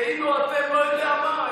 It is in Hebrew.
כאילו אתם לא יודע מה,